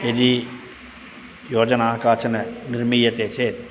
यदि योजना काचन निर्मीयते चेत्